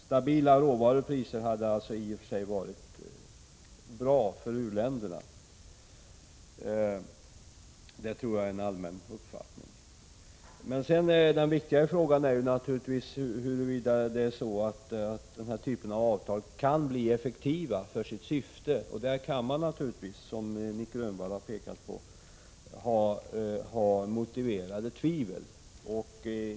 Stabila råvarupriser hade i och för sig varit bra för u-länderna, och det tror jag är en allmän uppfattning. Den viktiga frågan är naturligtvis huruvida den här typen av avtal kan bli effektiva med tanke på deras syfte. På den punkten kan det naturligtvis, som Nic Grönvall har påpekat, vara motiverat att hysa tvivel.